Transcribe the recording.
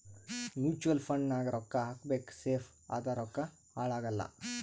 mutual fund ನಾಗ್ ರೊಕ್ಕಾ ಹಾಕಬೇಕ ಸೇಫ್ ಅದ ರೊಕ್ಕಾ ಹಾಳ ಆಗಲ್ಲ